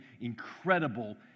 incredible